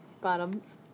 bottoms